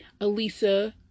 Alisa